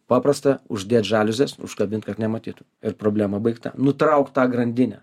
paprasta uždėt žaliuzes užkabint kad nematytų ir problema baigta nutrauk tą grandinę